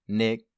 nick